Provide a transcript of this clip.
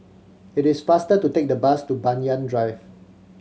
it is faster to take the bus to Banyan Drive